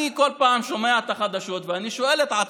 אני כל פעם שומע את החדשות ואני שואל את עצמי: